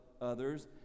others